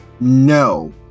No